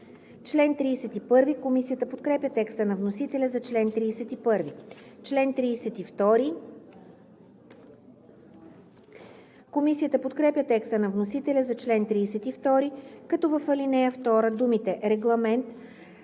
трета. Комисията подкрепя текста на вносителя за чл. 31. Комисията подкрепя текста на вносителя за чл. 32, като в ал. 2 думите „Регламент